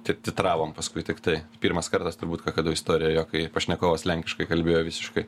tik titravom paskui tiktai pirmas kartas turbūt kakadu istorijoj jo kai pašnekovas lenkiškai kalbėjo visiškai